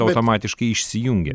automatiškai išsijungia